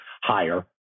higher